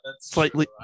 slightly